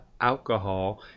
alcohol